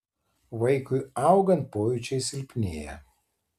vaikui augant pojūčiai silpnėja